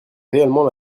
réellement